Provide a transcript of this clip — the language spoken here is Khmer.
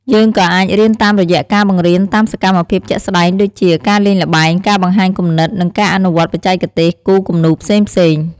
យើងក៏អាចរៀនតាមរយៈការបង្រៀនតាមសកម្មភាពជាក់ស្តែងដូចជា ការលេងល្បែង ការបង្ហាញគំនិត និងការអនុវត្តបច្ចេកទេសគូរគំនូរផ្សេងៗ។